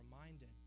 reminded